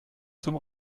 zum